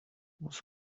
was